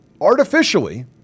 artificially